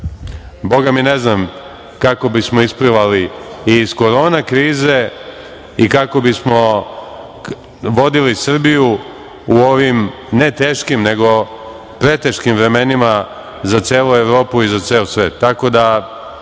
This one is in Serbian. Bogami ne znam kako bismo isplivali iz korona krize i kako bismo vodili Srbiju u ovim ne teškim nego preteškim vremenima za celu Evropu i za ceo svet?